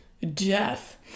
Death